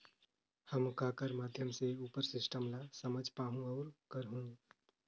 हम ककर माध्यम से उपर सिस्टम ला समझ पाहुं और करहूं?